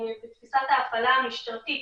בתפיסת ההפעלה המשטרתית.